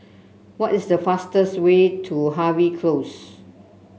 what is the fastest way to Harvey Close